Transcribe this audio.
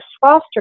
foster